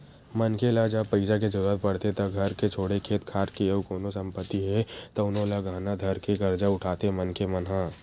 मनखे ल जब पइसा के जरुरत पड़थे त घर के छोड़े खेत खार के अउ कोनो संपत्ति हे तउनो ल गहना धरके करजा उठाथे मनखे मन ह